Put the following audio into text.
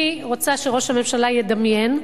אני רוצה שראש הממשלה ידמיין גננת,